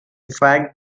fact